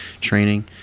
training